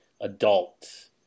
adult